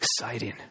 exciting